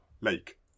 lake